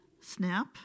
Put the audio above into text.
snap